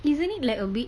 isn't it like a bit